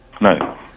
No